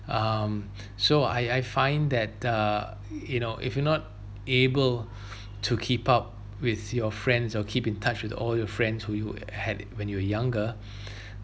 um so I I find that uh you know if you're not able to keep up with your friends or keep in touch with all your friends who you had when you are younger